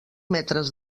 metres